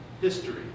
history